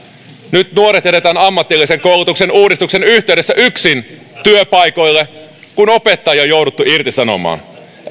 nyt nuoret jätetään ammatillisen koulutuksen uudistuksen yhteydessä yksin työpaikoille kun opettajia on jouduttu irtisanomaan